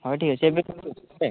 ହଉ ଠିକ୍ ଅଛି ଏବେ